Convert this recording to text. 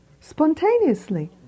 spontaneously